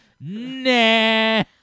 Nah